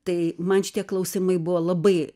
tai man šitie klausimai buvo labai